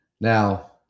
Now